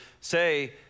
say